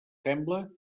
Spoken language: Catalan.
sembla